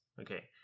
Okay